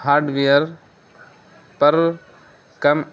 hardware پر کم